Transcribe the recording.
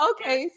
Okay